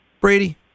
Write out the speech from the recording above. Brady